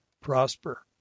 prosper